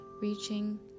reaching